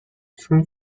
چون